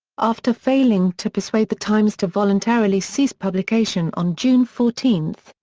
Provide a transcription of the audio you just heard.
after failing to persuade the times to voluntarily cease publication on june fourteen,